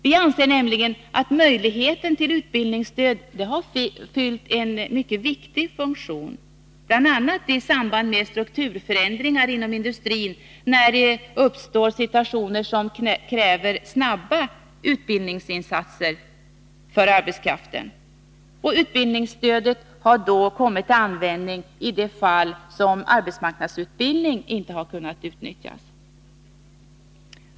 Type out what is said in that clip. Vi anser nämligen att möjligheten till utbildningsstöd har fyllt en mycket viktig funktion, bl.a. i samband med strukturförändringar inom industrin när det uppstår situationer som kräver snabba utbildningsinsatser för arbetskraften. Utbildningsstödet har då kommit till användning i de fall som arbetsmarknadsutbildning inte har kunnat utnyttjas.